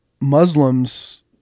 Muslims